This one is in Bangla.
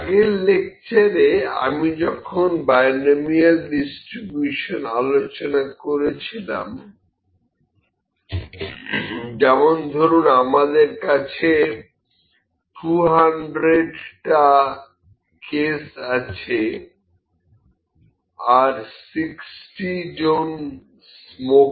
আগের লেকচারে আমি যখন বাইনোমিয়াল ডিস্ট্রিবিউশন আলোচনা করেছিলাম যেমন ধরুন আমাদের কাছে 200 টা কেস আছে আর 60 জন স্মোকার